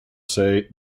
say